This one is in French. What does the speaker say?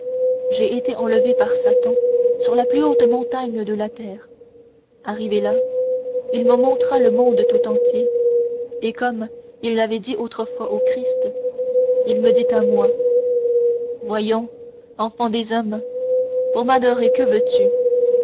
j'ai été enlevé par satan sur la plus haute montagne de la terre arrivé là il me montra le monde tout entier et comme il avait dit autrefois au christ il me dit à moi voyons enfant des hommes pour m'adorer que veux-tu